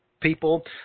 people